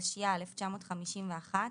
התשי"א 1951‏,